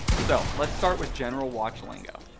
so let's start with general watch lingo.